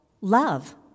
Love